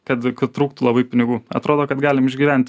kad trūktų labai pinigų atrodo kad galim išgyventi